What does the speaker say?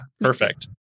perfect